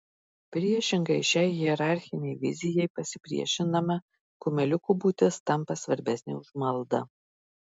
priešingai šiai hierarchinei vizijai pasipriešinama kumeliuko būtis tampa svarbesnė už maldą